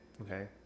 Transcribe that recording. Okay